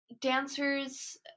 dancers